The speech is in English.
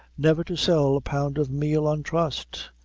never to sell a pound of meal on trust.